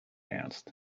ernst